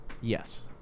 yes